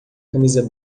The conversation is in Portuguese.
camisa